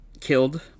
killed